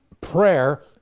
prayer